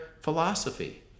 philosophy